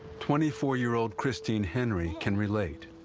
twenty four year old christine henry can relate.